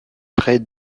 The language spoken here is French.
près